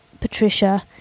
Patricia